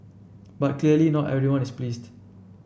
but clearly not everyone is pleased